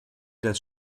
das